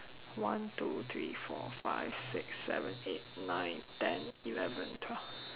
one two three four five six seven eight nine ten eleven twelve